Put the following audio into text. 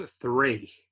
three